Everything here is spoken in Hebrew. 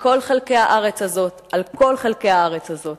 מכל חלקי הארץ הזאת, על כל חלקי הארץ הזאת.